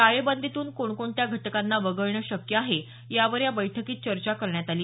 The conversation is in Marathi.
टाळेबंदीतून कोणकोणत्या घटकांना वगळणं शक्य आहे यावर या बैठकीत चर्चा करण्यात आली